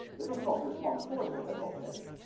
there is not just one force on that object.